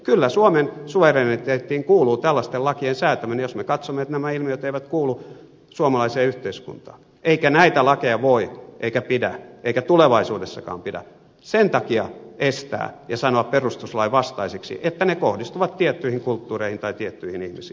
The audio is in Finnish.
kyllä suomen suvereniteettiin kuuluu tällaisten lakien säätäminen jos me katsomme että nämä ilmiöt eivät kuulu suomalaiseen yhteiskuntaan eikä näitä lakeja voi eikä pidä eikä tulevaisuudessakaan pidä sen takia estää ja sanoa perustuslain vastaisiksi että ne kohdistuvat tiettyihin kulttuureihin tai tiettyihin ihmisiin